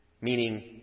meaning